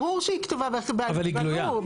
בגלל שזה כתוב --- אבל היא גלויה.